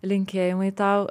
linkėjimai tau